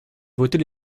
voter